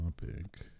topic